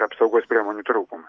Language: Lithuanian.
apsaugos priemonių trūkumas